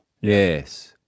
Yes